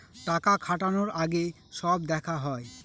টাকা খাটানোর আগে সব দেখা হয়